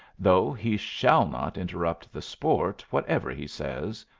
though he shall not interrupt the sport, whatever he says,